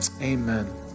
Amen